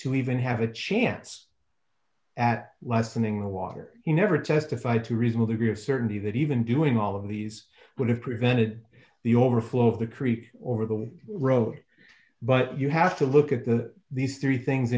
to even have a chance at lessening the water you never testified to reason with degree of certainty that even doing all of these would have prevented the overflow of the creek over the road but you have to look at the these three things